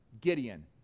Gideon